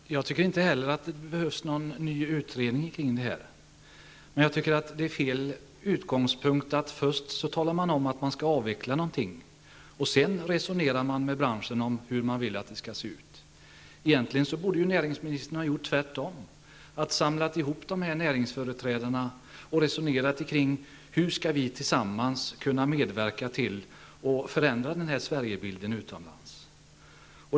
Fru talman! Jag tycker inte heller att det behövs någon ny utredning om detta. Men jag tycker att det är fel utgångspunkt att man först talar om att man skall avveckla något och sedan resonerar med branschen hur man vill att det skall se ut. Egentligen borde näringsministern ha gjort tvärtom, nämligen att samla ihop näringsföreträdarna och resonera om hur man tillsammans skall kunna medverka till och förändra denna Sverigebild utomlands.